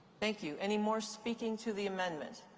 thank you. any more speaking to the amendment?